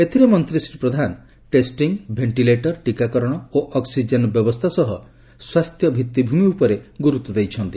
ଏଥିରେ ମନ୍ତୀ Shri Pradhan testing ventilator ଟିକାକରଣ ଓ ଅକ୍ନିଜେନ୍ ବ୍ୟବସ୍ରା ସହ ସ୍ୱାସ୍ଥ୍ୟ ଭିଭିଭିମି ଉପରେ ଗୁରୁତ୍ୱ ଦେଇଛନ୍ତି